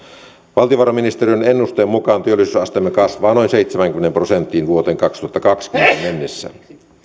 valtiovarainministeriön ennusteen mukaan työllisyysasteemme kasvaa noin seitsemäänkymmeneen prosenttiin vuoteen kaksituhattakaksikymmentä mennessä